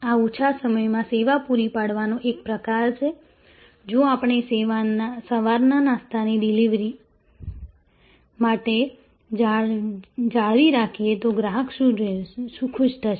આ ઓછા સમય માં સેવા પૂરી પાડવાનો એક પ્રકાર છે જો આપણે સવારના નાસ્તાની ડિલિવરી માટે જાળવી રાખીએ તો ગ્રાહક ખુશ થશે